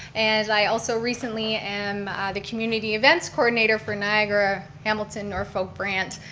and i also recently am the community events coordinator for niagara, hamilton, norfolk branch,